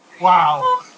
wow